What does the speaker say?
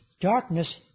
darkness